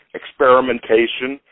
experimentation